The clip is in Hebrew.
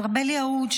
אז ארבל יהוד,